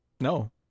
No